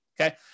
Okay